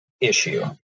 issue